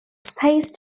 space